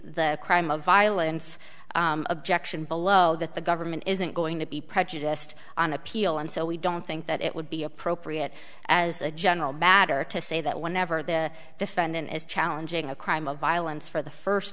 the crime of violence objection below that the government isn't going to be prejudiced on appeal and so we don't think that it would be appropriate as a general matter to say that whenever the defendant is challenging a crime of violence for the first